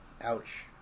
Ouch